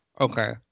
Okay